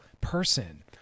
person